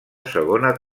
segona